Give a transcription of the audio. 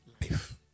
life